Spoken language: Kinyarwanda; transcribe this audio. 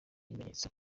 ibimenyetso